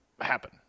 happen